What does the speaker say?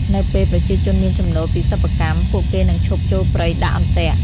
នៅពេលប្រជាជនមានចំណូលពីសិប្បកម្ម ពួកគេនឹងឈប់ចូលព្រៃដាក់អន្ទាក់។